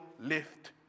lift